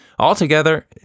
Altogether